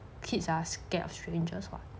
kids are scared of strangers [what]